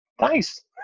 nice